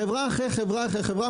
חברה אחרי חברה אחרי חברה,